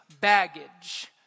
Baggage